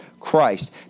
Christ